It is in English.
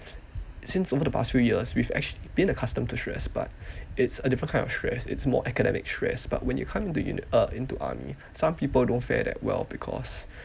since over the past few years we've actually been accustomed to stress but it's a different kind of stress it's more academic stress but when you come uni uh in to army some people don't fare that well because